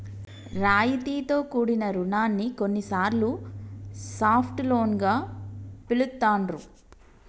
రాయితీతో కూడిన రుణాన్ని కొన్నిసార్లు సాఫ్ట్ లోన్ గా పిలుత్తాండ్రు